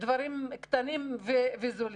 קטנים שהכנסתם זניחה.